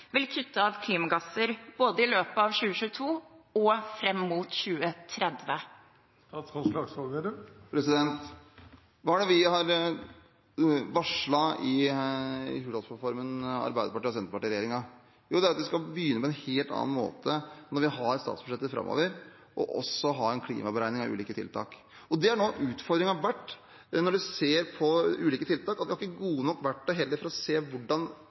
vil kutte av klimagasser både i løpet av 2022 og fram mot 2030. Hva er det Arbeiderparti-Senterparti-regjeringen har varslet i Hurdalsplattformen? Jo, det er at vi i våre statsbudsjett framover skal begynne med også å ha en klimaberegning av ulike tiltak. Noe av utfordringen når man ser på ulike tiltak, har vært at vi ikke har gode nok verktøy for å se hvordan